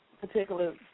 particular